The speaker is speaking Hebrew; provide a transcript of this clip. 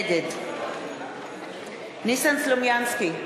נגד ניסן סלומינסקי,